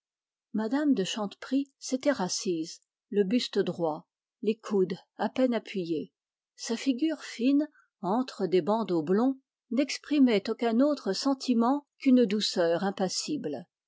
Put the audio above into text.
mme de chanteprie s'était rassise le buste droit les coudes à peine appuyés sa figure fine entre des bandeaux blonds n'exprimait aucun autre sentiment qu'une douceur impassible